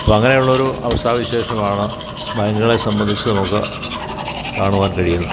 അപ്പോഴങ്ങനെയുള്ളൊരു അവസ്ഥാവിശേഷമാണ് ബാങ്കുകളെ സംബന്ധിച്ച് നമുക്ക് കാണുവാൻ കഴിയുന്നത്